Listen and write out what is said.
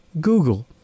Google